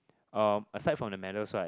um aside from the medals right